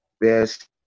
best